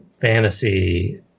fantasy